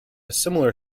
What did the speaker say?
similar